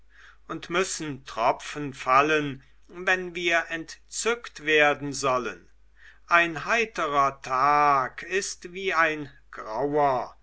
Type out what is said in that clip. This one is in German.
und müssen tropfen fallen wenn wir entzückt werden sollen ein heiterer tag ist wie ein grauer